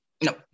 No